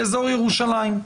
באזור ירושלים?